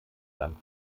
dank